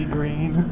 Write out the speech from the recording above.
Green